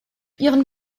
ihren